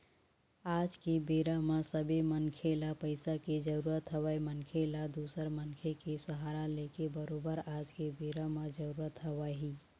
आज के बेरा म सबे मनखे ल पइसा के जरुरत हवय मनखे ल दूसर मनखे के सहारा लेके बरोबर आज के बेरा म जरुरत हवय ही